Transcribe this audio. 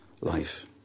life